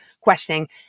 questioning